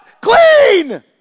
clean